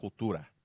Cultura